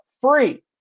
free